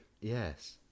yes